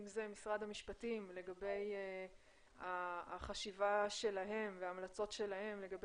אם זה משרד המשפטים לגבי החשיבה שלהם וההמלצות שלהם לגבי